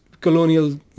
colonial